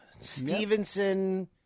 Stevenson